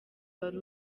wari